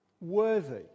worthy